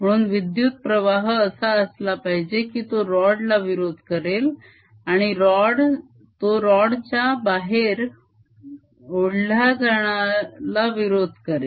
म्हणून विद्युत्प्रवाह असा असला पाहिजे की तो रॉड ला विरोध करेल आणि तो रॉडच्या बाहेर ओढला जाण्याला विरोध करेल